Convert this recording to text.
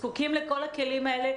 זקוקים לכל הכלים האלה,